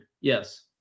Yes